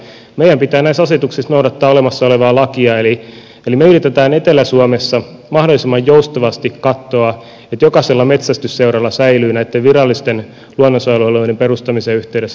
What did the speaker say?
meidän pitää näissä asetuksissa noudattaa olemassa olevaa lakia eli me yritämme etelä suomessa mahdollisimman joustavasti katsoa että jokaisella metsästysseuralla säilyy näitten virallisten luonnonsuojelualueiden perustamisen yhteydessä toimintaedellytykset